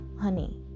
honey